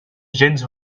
gens